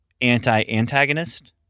anti-antagonist